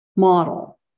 Model